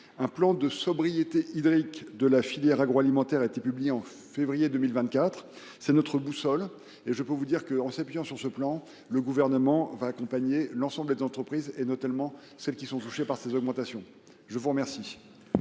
Un plan de sobriété hydrique de la filière agroalimentaire a été publié en février 2024. C’est notre boussole, et je puis vous dire qu’en s’appuyant sur ce plan le Gouvernement accompagnera l’ensemble des entreprises, et en particulier celles qui sont touchées par ces augmentations. La parole